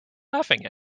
laughing